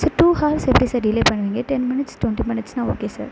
sir two hours எப்படி sir delay பண்ணுவீங்க ten minutes twenty மினிட்ஸ்னா ஓகே சார்